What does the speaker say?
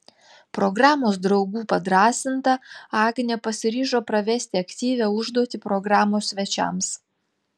programos draugų padrąsinta agnė pasiryžo pravesti aktyvią užduotį programos svečiams